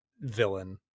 villain